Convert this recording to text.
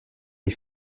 les